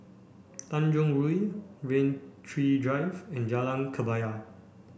Tanjong Rhu Rain Tree Drive and Jalan Kebaya